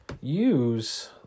use